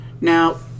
Now